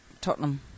Tottenham